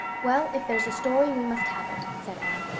well, if there's a story we must have it, said anne.